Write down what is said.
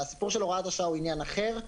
הסיפור של הוראת השעה הוא עניין אחר,